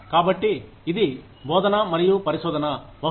కాబట్టి ఇది బోధన మరియు పరిశోధన బహుశా